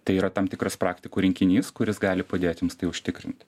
tai yra tam tikras praktikų rinkinys kuris gali padėti jums tai užtikrinti